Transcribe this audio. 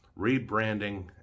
Rebranding